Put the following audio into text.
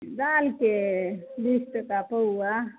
दालिके बीस टका पौआ